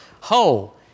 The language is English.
whole